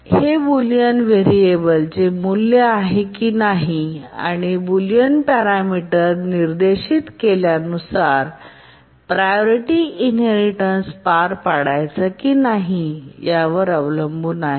हे बुलियन व्हेरिएबलचे मूल्य आहे की नाही आणि बुलियन पॅरामीटरने निर्देशित केल्या नुसार प्रायोरिटी इनहेरिटेन्स पार पाडायचा की नाही यावर अवलंबून आहे